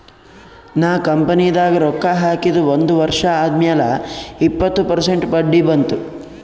ನಾ ಕಂಪನಿದಾಗ್ ರೊಕ್ಕಾ ಹಾಕಿದ ಒಂದ್ ವರ್ಷ ಆದ್ಮ್ಯಾಲ ಇಪ್ಪತ್ತ ಪರ್ಸೆಂಟ್ ಬಡ್ಡಿ ಬಂತ್